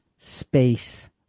Space